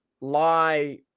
lie